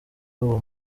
uwo